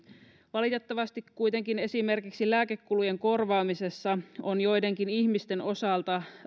valitettavasti kuitenkin esimerkiksi lääkekulujen korvaamisessa on joidenkin ihmisten osalta